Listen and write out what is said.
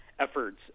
efforts